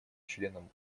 членам